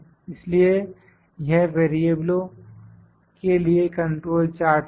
इसलिए यह वेरिएबलो के लिए कंट्रोल चार्ट थे